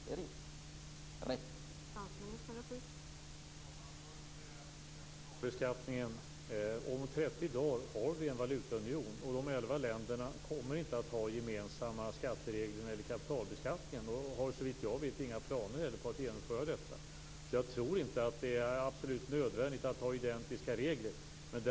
Det är rätt.